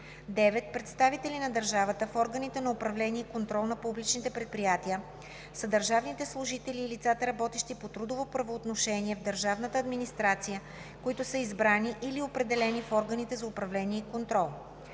9. „Представители на държавата в органите на управление и контрол на публичните предприятия“ са държавните служители и лицата, работещи по трудово правоотношение в държавната администрация, които са избрани или определени в органите за управление и контрол.